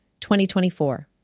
2024